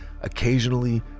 occasionally